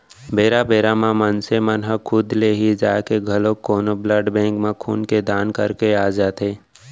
बेरा बेरा म मनसे मन ह खुद ले ही जाके घलोक कोनो ब्लड बेंक म खून के दान करके आ जाथे